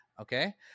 Okay